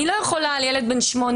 אני לא יכולה לשאול ילד בן שמונה,